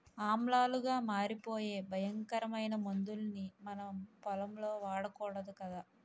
ఆమ్లాలుగా మారిపోయే భయంకరమైన మందుల్ని మనం పొలంలో వాడకూడదు కదా